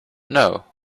know